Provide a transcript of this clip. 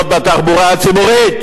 האיטלקי,